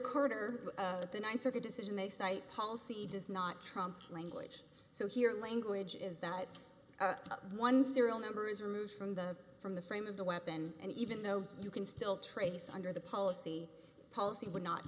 out of the th circuit decision they cite policy does not trump language so here language is that one serial number is removed from the from the frame of the weapon and even though you can still trace under the policy policy would not